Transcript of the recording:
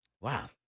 wow